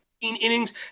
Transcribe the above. Innings